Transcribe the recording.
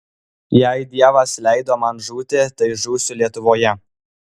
jei dievas leido man žūti tai žūsiu lietuvoje